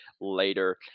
later